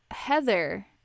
Heather